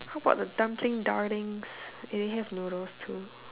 how about the dumpling darlings do they have noodles too